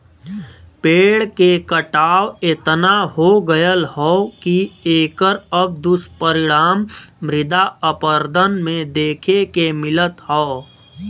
पेड़ के कटाव एतना हो गयल हौ की एकर अब दुष्परिणाम मृदा अपरदन में देखे के मिलत हौ